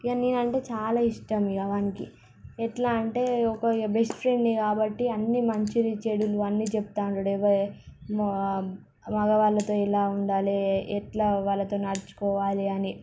ఇక నేనంటే చాలా ఇష్టం ఇక వానికి ఎట్లా అంటే ఒక బెస్ట్ ఫ్రెండ్ని కాబట్టి అన్నీ మంచిలు చెడులు అని చెప్తూంటాడు ఎవరు మగ మగవాళ్ళతో ఎలా ఉండాలి ఎట్లా వాళ్ళతో నడుచుకోవాలి అని